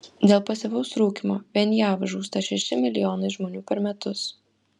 dėl pasyvaus rūkymo vien jav žūsta šeši milijonai žmonių per metus